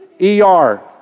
E-R